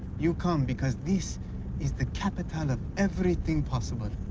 you come because this is the capital of everything possible?